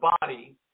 body